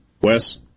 Wes